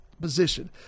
position